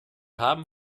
haben